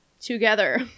together